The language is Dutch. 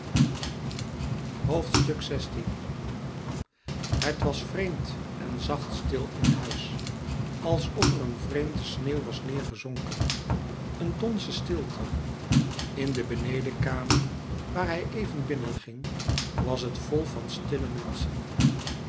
het was vreemd en zacht stil in huis alsof er een vreemde sneeuw was neêrgezonken een donzen stilte in de benedenkamer waar hij even binnen ging was het vol van stille menschen